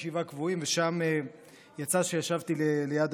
ושם יצא שישבתי ליד אביב כוכבי,